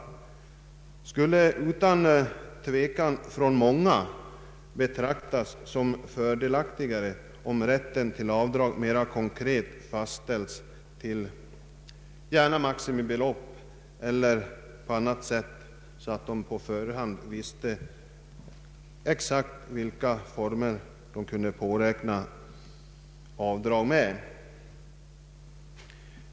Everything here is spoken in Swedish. Många skulle emellertid utan tvekan anse det fördelaktigare om rätten till avdrag mera konkret fastställdes — gärna till maximibelopp eller på annat sätt — så att de på förhand visste exakt i vilka former de kunde påräkna avdrag.